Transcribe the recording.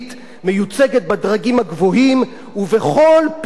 הגבוהים ובכל פינה בחברה הישראלית.